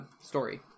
story